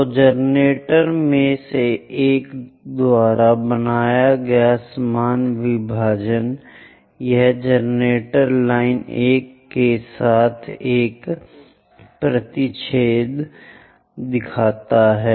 तो जनरेटर में से एक द्वारा बनाया गया समान विभाजन यह जनरेटर लाइन 1 के साथ एक प्रतिच्छेद है